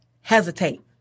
hesitate